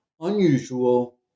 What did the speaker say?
unusual